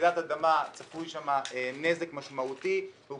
שברעידת אדמה צפוי שם נזק משמעותי והוא